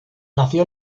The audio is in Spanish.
nació